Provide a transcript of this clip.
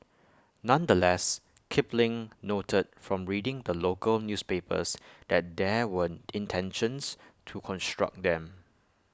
nonetheless Kipling noted from reading the local newspapers that there were intentions to construct them